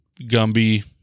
Gumby